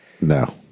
No